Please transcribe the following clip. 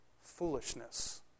foolishness